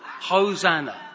Hosanna